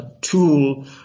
tool